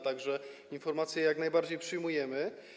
Tak że informację jak najbardziej przyjmujemy.